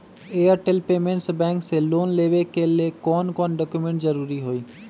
Airtel payments bank से loan लेवे के ले कौन कौन डॉक्यूमेंट जरुरी होइ?